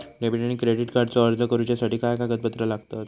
Debit आणि credit कार्डचो अर्ज करुच्यासाठी काय कागदपत्र लागतत?